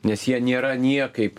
nes jie nėra niekaip